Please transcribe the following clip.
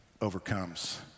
overcomes